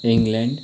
England